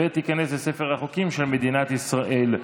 ותיכנס לספר החוקים של מדינת ישראל.